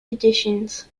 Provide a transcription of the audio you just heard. editions